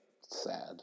sad